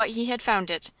what he had found it,